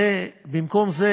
במקום זה,